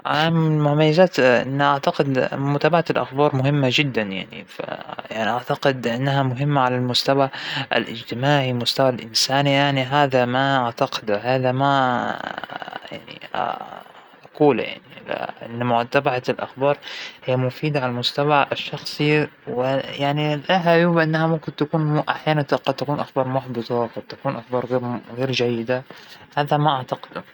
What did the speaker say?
إى طبعا مهم أن الشباب الواعى المثقف الى عنده خلفيه ودراية بالأمور السياسية إن هو يشارك فيها، ليش من باب إنه تغيير وتجديد دماء المنظومة السياسية، أعتقد إن هذا السبب الى يخلي الشباب المستحق إنه يشارك أو إنه نعطيله فرصة يثبت كفاءته.